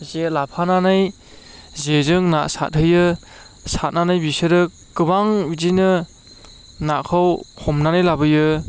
जे लाफानानै जेजों ना सारहैयो सारनानै बिसोरो गोबां बिदिनो नाखौ हमनानै लाबोयो